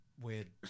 weird